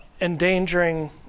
endangering